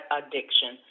addiction